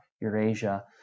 Eurasia